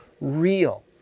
real